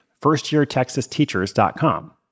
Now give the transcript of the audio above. firstyeartexasteachers.com